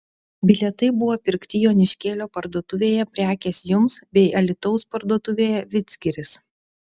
bilietai buvo pirkti joniškėlio parduotuvėje prekės jums bei alytaus parduotuvėje vidzgiris